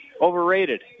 overrated